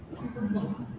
mm